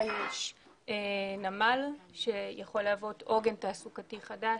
יש נמל שיכול להוות עוגן תעסוקתי חדש.